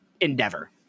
endeavor